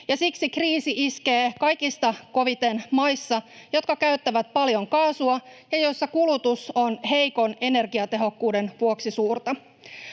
siksi kriisi iskee kaikista koviten maissa, jotka käyttävät paljon kaasua ja joissa kulutus on heikon energiatehokkuuden vuoksi suurta.